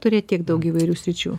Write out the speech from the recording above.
turėt tiek daug įvairių sričių